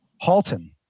Halton